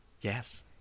Yes